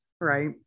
right